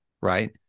right